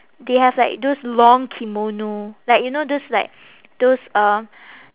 they have like those long kimono like you know those like those uh